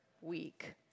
week